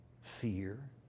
fear